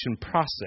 process